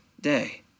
day